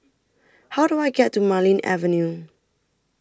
How Do I get to Marlene Avenue